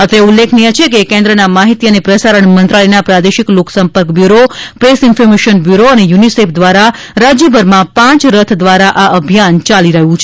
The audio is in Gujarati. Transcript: અત્રે ઉલ્લેખનીય છે કે કેન્દ્રના માહિતી અને પ્રસારણ મંત્રાલયના પ્રાદેશિક લોકસંપર્ક બ્યુરો પ્રેસ ઈન્ફોર્મેશન બ્યૂરો અને યુનિસેફ દ્વારા રાજ્યભરમાં પાંચ રથ દ્વારા આ અભિયાન ચાલી રહ્યું છે